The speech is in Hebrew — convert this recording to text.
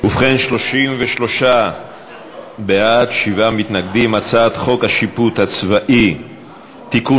להעביר את הצעת חוק השיפוט הצבאי (תיקון,